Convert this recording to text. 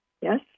Yes